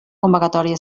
convocatòria